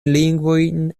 lingvojn